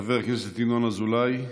חבר הכנסת ינון אזולאי,